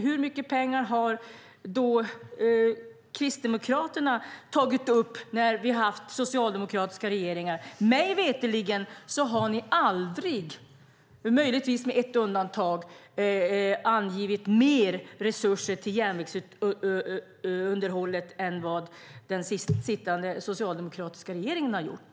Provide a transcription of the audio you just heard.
Hur mycket pengar har Kristdemokraterna tagit upp när vi haft socialdemokratiska regeringar? Mig veterligen har ni aldrig, möjligtvis med ett undantag, angivit mer resurser till järnvägsunderhållet än vad den sittande socialdemokratiska regeringen har gjort.